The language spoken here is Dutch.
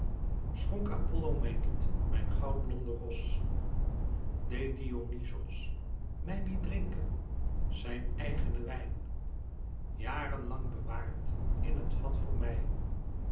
schonk apollo mij niet mijn goudblonde ros deed dionyzos mij niet drinken zijn eigenen wijn jaren lang bewaard in het vat voor mij